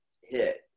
hit